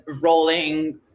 rolling